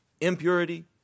impurity